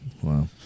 Wow